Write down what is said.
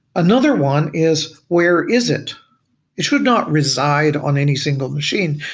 another one is where is it? it should not reside on any single machine.